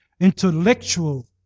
intellectual